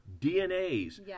DNAs